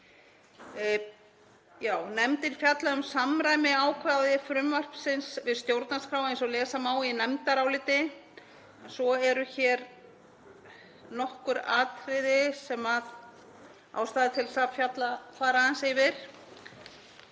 Nefndin fjallaði um samræmi ákvæða frumvarpsins við stjórnarskrá eins og lesa má í nefndaráliti. Svo eru hér nokkur atriði sem ástæða er til að fara aðeins yfir.